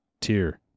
tier